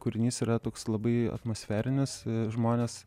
kūrinys yra toks labai atmosferinis žmones